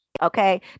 Okay